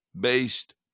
based